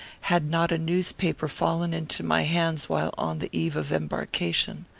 had not a newspaper fallen into my hands while on the eve of embarkation.